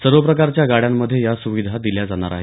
सर्व प्रकारच्या गाड्यांमध्ये या सुविधा दिल्या जाणार आहेत